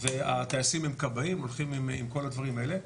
והטייסים הם כבאים, הולכים עם כל הדברים האלה.